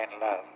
love